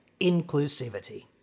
inclusivity